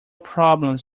problems